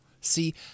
See